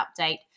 update